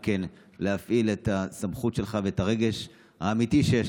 להפעיל את הסמכות שלך ואת הרגש האמיתי שיש